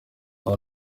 ubu